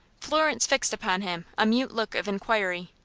florence fixed upon him a mute look of inquiry.